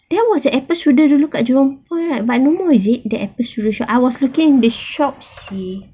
there was an apple strudel dulu kat jurong point right but no more is it the apple strudel shop I was looking the shops